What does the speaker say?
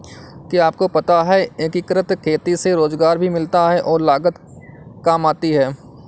क्या आपको पता है एकीकृत खेती से रोजगार भी मिलता है और लागत काम आती है?